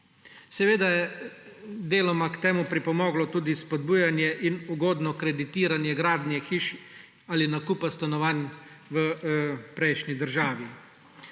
Seveda je deloma k temu pripomoglo tudi spodbujanje in ugodno kreditiranje gradnje hiš ali nakupa stanovanj v prejšnji državi.